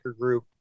group